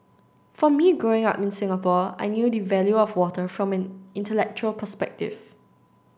for me growing up in Singapore I knew the value of water from an intellectual perspective